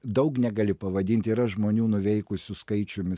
daug negali pavadinti yra žmonių nuveikusių skaičiumi